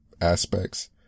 aspects